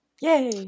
Yay